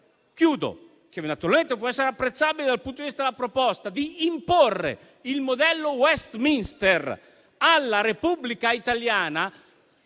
l'intento, che naturalmente può essere apprezzabile dal punto di vista della proposta, di imporre il modello Westminster alla Repubblica italiana,